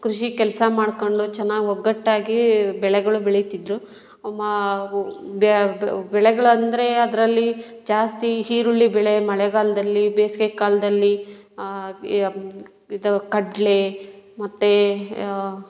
ಕೃಷಿ ಕೆಲಸ ಮಾಡ್ಕೊಂಡು ಚೆನ್ನಾಗಿ ಒಗ್ಗಟ್ಟಾಗಿ ಬೆಳೆಗಳು ಬೆಳೀತಿದ್ದರು ಅಮ್ಮ ಬೆಳೆಗಳಂದರೆ ಅದರಲ್ಲಿ ಜಾಸ್ತಿ ಈರುಳ್ಳಿ ಬೆಳೆ ಮಳೆಗಾಲದಲ್ಲಿ ಬೇಸಿಗೆ ಕಾಲದಲ್ಲಿ ಇದು ಕಡಲೆ ಮತ್ತು